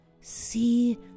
see